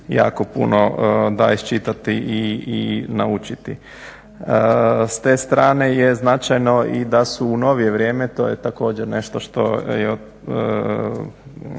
jako puno da iščitati i naučiti. S te strane je značajno da su u novije vrijeme to je također nešto što